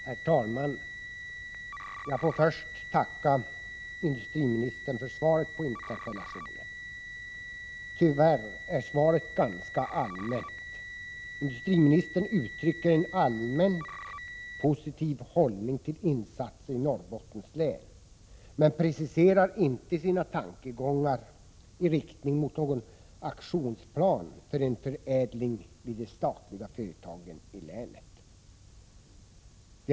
Herr talman! Även jag vill tacka industriministern för det svar han lämnat på Sten-Ove Sundströms interpellation. Tyvärr är svaret ganska allmänt. Industriministern ger uttryck för en allmänt positiv hållning till insatser i Norrbottens län men preciserar inte sina tankegångar i riktning mot någon aktionsplan för en förädling vid de statliga företagen i länet.